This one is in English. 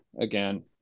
again